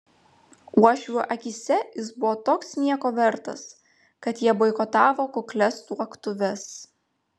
uošvių akyse jis buvo toks nieko vertas kad jie boikotavo kuklias tuoktuves